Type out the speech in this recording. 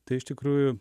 tai iš tikrųjų